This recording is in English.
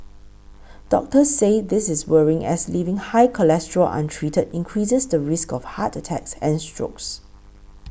doctors say this is worrying as leaving high cholesterol untreated increases the risk of heart attacks and strokes